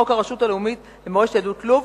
חוק הרשות הלאומית למורשת יהדות לוב,